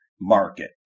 market